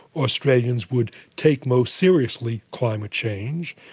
australians would take most seriously climate change.